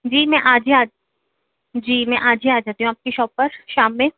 جی میں آج ہی آ جی میں آج ہی آ جاتی ہوں آپ کی شاپ پر شام میں